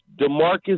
DeMarcus